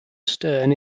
stern